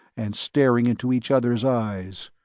and staring into each other's eyes,